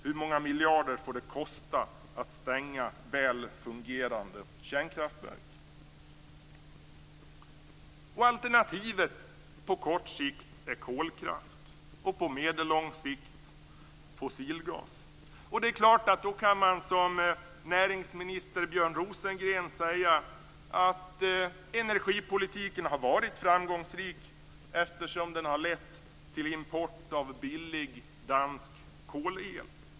Hur många miljarder får det kosta att stänga väl fungerande kärnkraftverk? Alternativet på kort sikt är kolkraft och på medellång sikt fossilgas. Det är klart att man kan säga, som näringsminister Björn Rosengren, att energipolitiken har varit framgångsrik eftersom den har lett till import av billig dansk kolel.